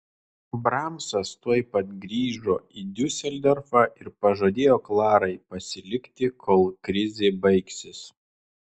bramsas tuoj pat grįžo į diuseldorfą ir pažadėjo klarai pasilikti kol krizė baigsis